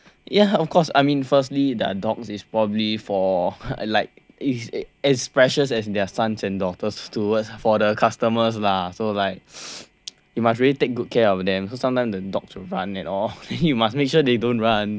ya of course I mean firstly their dogs is probably for like is as precious as their sons and daughters towards for the customers lah so like you must really take good care of them so sometime the dog will run and all then you must make sure they don't run